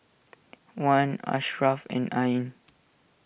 Wan Ashraff and Ain